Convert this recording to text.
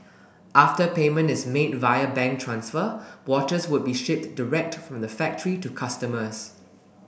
after payment is made via bank transfer watches would be shipped direct from the factory to customers